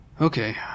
Okay